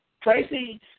Tracy